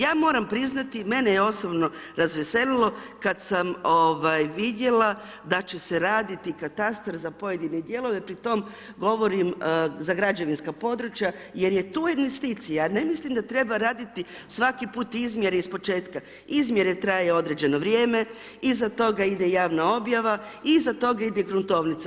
Ja moram priznati, mene je osobno razveselilo kad sam vidjela da će se raditi katastar za pojedine dijelove, pri tom govorim za građevinska područja, jer je to investicija, ja ne mislim da treba raditi svaki put izmjere ispočetka, izmjere traje određeno vrijeme, iza toga ide javna objava, iza toga ide gruntovnica.